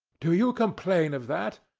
do you complain of that?